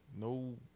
No